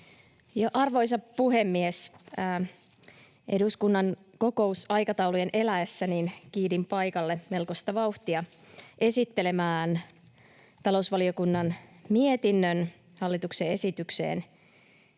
Arvoisa puhemies! Eduskunnan kokousaikataulujen elettyä kiidin paikalle melkoista vauhtia esittelemään talousvaliokunnan mietinnön hallituksen esitykseen